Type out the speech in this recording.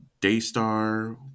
Daystar